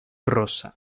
rosa